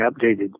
updated